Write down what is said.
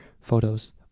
photos